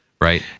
right